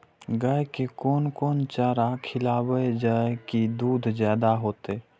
गाय के कोन कोन चारा खिलाबे जा की दूध जादे होते?